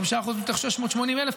5% מתוך 680,000,